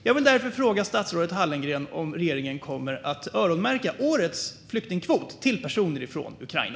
Jag vill därför fråga statsrådet Hallengren om regeringen kommer att öronmärka årets flyktingkvot för personer från Ukraina.